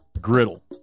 Griddle